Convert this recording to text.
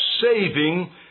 saving